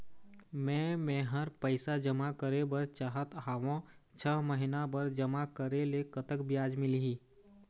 मे मेहर पैसा जमा करें बर चाहत हाव, छह महिना बर जमा करे ले कतक ब्याज मिलही?